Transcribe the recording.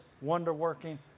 wonder-working